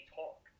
talk